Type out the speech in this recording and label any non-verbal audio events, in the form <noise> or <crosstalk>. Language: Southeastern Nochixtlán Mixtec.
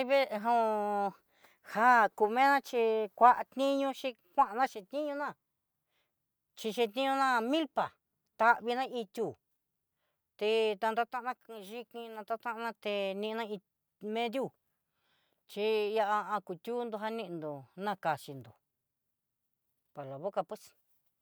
Veen <hesitation> ja k <hesitation> inia chí kua niño xhi, kuan'na xhin niño ná, xhi xhiniño ná milpa, tavina itiú té ta nratan yignina tataná té ninna mediú xhi ihá <hesitation> tundo janendo nakaxhinro para la boca pues.